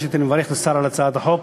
ראשית אני מברך את השר על הצעת החוק,